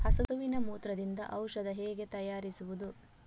ಹಸುವಿನ ಮೂತ್ರದಿಂದ ಔಷಧ ಹೇಗೆ ತಯಾರಿಸುವುದು?